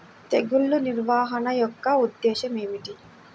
తెగులు నిర్వహణ యొక్క ఉద్దేశం ఏమిటి?